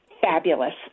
fabulous